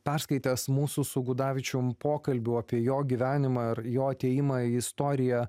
perskaitęs mūsų su gudavičium pokalbių apie jo gyvenimą ar jo atėjimą į istoriją